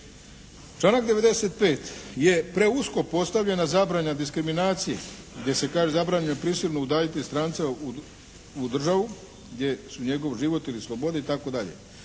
Članak 95. je preusko postavljena zabrana diskriminacije gdje se kaže, zabranjeno je prisilno udaljiti strance u državu gdje su njego život ili slobode itd.